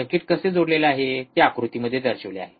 circuit कसे जोडलेले आहे ते आकृतीमध्ये दर्शविले आहे